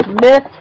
myth